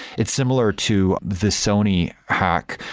it's similar to the sony hack.